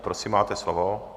Prosím, máte slovo.